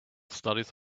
studies